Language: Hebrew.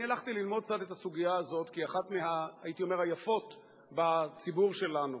אני הלכתי ללמוד קצת את הסוגיה הזאת כאחת היפות בציבור שלנו.